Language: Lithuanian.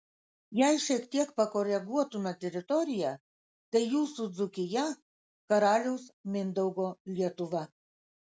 jei šiek tiek pakoreguotume teritoriją tai jūsų dzūkija karaliaus mindaugo lietuva